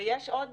3.5